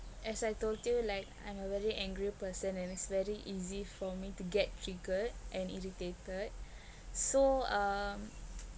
as I told you like I'm a very angry person and it's very easy for me to get triggered and irritated so um